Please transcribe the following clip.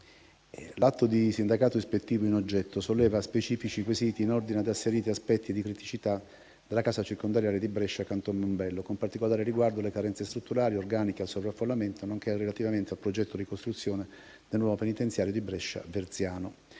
L'atto di sindacato ispettivo in oggetto solleva specifici quesiti in ordine ad asseriti aspetti di criticità della casa circondariale di Brescia, Canton Mombello, con particolare riguardo alle carenze strutturali e organiche, al sovraffollamento, nonché relativamente al progetto di costruzione del nuovo penitenziario di Brescia, Verziano.